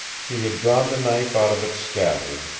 she had drawn the knife out of its scabbard,